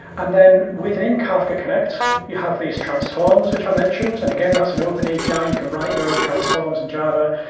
and then within kafka connect, you have these transforms which are mentioned. and again, that's an open api. you can write your own transforms in java.